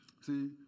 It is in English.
See